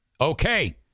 Okay